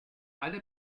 alle